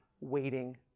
waiting